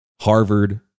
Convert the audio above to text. Harvard